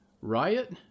Riot